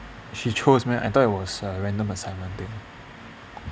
she chose meh I thought it was a random assignment thing